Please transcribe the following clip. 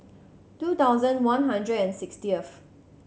two thousand one hundred and sixtieth